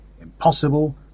impossible